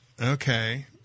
okay